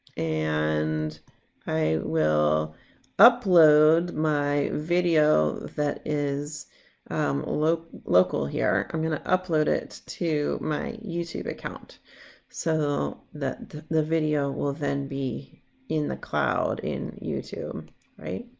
and i will upload my video that is local local here i'm gonna upload it to my youtube account so that the video will then be in the cloud in youtube right.